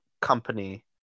company